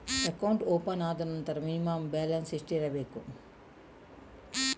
Account open ಆದ ನಂತರ minimum balance ಎಷ್ಟಿರಬೇಕು?